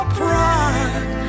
pride